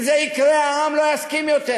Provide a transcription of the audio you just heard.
אם זה יקרה, העם לא יסכים יותר.